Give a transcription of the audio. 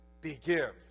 begins